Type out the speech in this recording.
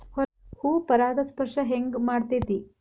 ಹೂ ಪರಾಗಸ್ಪರ್ಶ ಹೆಂಗ್ ಮಾಡ್ತೆತಿ?